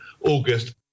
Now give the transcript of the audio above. August